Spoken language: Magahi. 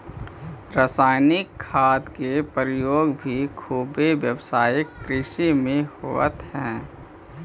रसायनिक खाद के प्रयोग भी खुबे व्यावसायिक कृषि में होवऽ हई